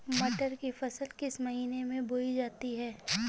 मटर की फसल किस महीने में बोई जाती है?